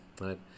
right